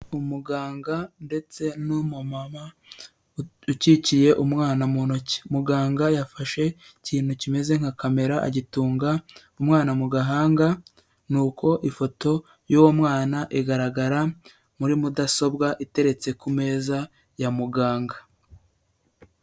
Umuganga ndetse n'umumama ukikiye umwana mu ntoki, muganga yafashe ikintu kimeze nka kamera agitunga umwana mu gahanga, ni uko ifoto y'uwo mwana igaragara muri mudasobwa, iteretse ku meza ya muganga.